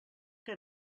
que